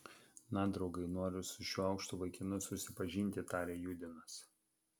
na draugai noriu su šiuo aukštu vaikinu susipažinti tarė judinas